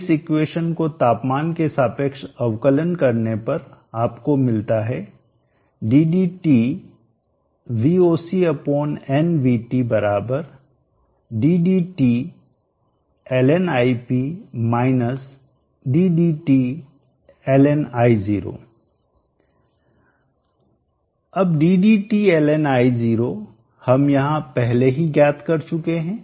इस इक्वेशन को तापमान के सापेक्ष अवकलन करने पर आपको मिलता है अब ddT हम यहां पहले ही ज्ञात कर चुके हैं